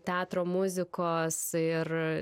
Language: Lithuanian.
teatro muzikos ir